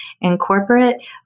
Incorporate